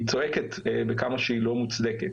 היא צועקת בכמה שהיא לא מוצדקת.